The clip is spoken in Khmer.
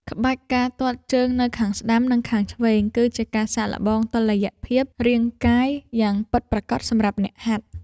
ក្បាច់ ការទាត់ជើងទៅខាងស្ដាំ និងខាងឆ្វេង គឺជាការសាកល្បងតុល្យភាពរាងកាយយ៉ាងពិតប្រាកដសម្រាប់អ្នកហាត់។